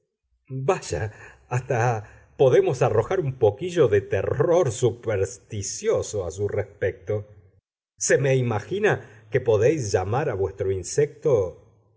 vaya hasta podemos arrojar un poquillo de terror supersticioso a su respecto se me imagina que podéis llamar a vuestro insecto